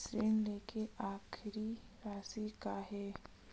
ऋण लेके आखिरी राशि का हे?